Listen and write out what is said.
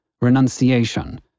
Renunciation